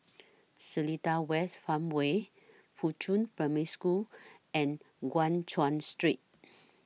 Seletar West Farmway Fuchun Primary School and Guan Chuan Street